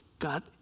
God